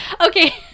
okay